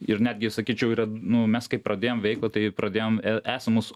ir netgi sakyčiau yra nu mes kai pradėjom veiklą tai pradėjom esamus